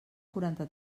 quaranta